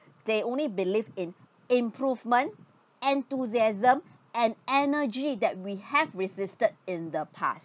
they only believe in improvement enthusiasm and energy that we have resisted in the past